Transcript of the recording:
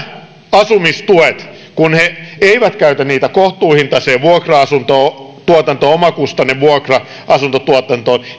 asumistuet kun ne eivät käytä niitä kohtuuhintaiseen vuokra asuntotuotantoon omakustannevuokra asuntotuotantoon